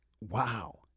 Wow